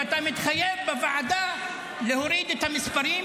ואתה מתחייב בוועדה להוריד את המספרים,